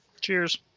Cheers